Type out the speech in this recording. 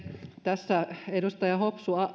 tässä edustaja hopsu